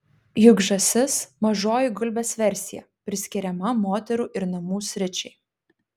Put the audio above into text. juk žąsis mažoji gulbės versija priskiriama moterų ir namų sričiai